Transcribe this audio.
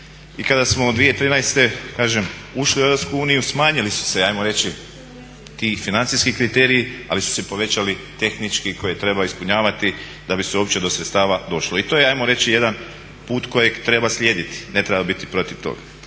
i kada smo 2013. kažem ušli u EU smanjili su se ajmo reći ti financijski kriteriji ali su se povećali tehnički koje treba ispunjavati da bi se uopće do sredstava došlo. I to je ajmo reći jedan put kojeg treba slijediti, ne treba biti protiv toga.